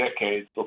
decades